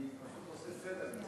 אני עושה סדר.